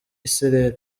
isereri